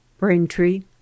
Braintree